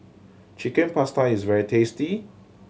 Chicken Pasta is very tasty